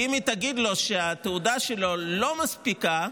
כי אם היא תגיד לו שהתעודה שלו לא מספיקה,